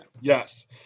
Yes